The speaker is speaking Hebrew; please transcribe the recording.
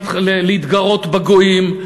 להתגרות בגויים,